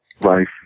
life